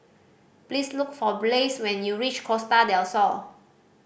please look for Blaise when you reach Costa Del Sol